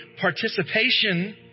participation